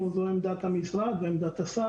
או זו עמדת המשרד ועמדת השר,